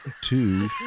Two